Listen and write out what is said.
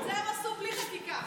את זה הם עשו בלי חקיקה.